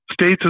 States